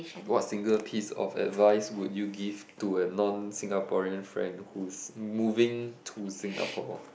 what single piece of advice would you give to a non Singaporean friend who's moving to Singapore